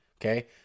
Okay